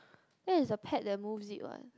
that is a pet that moves it what